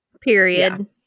Period